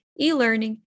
e-learning